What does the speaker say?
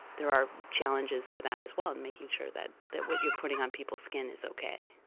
there are challenges to that as well and making sure that that what you're putting on people's skin is okay.